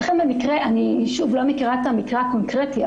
אני לא מכירה את המקרה הקונקרטי,